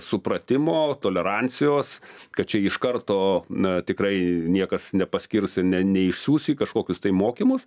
supratimo tolerancijos kad čia iš karto na tikrai niekas nepaskirs ir ne neišsiųs į kažkokius tai mokymus